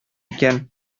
икән